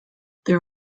there